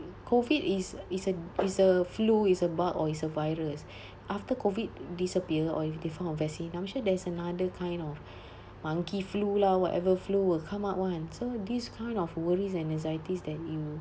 COVID is is a is a flu is a bug or is a virus after COVID disappear or if they found a vaccine I'm sure there is another kind of monkey flu lah whatever flu will come up one so this kind of worries and anxieties that you